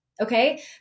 okay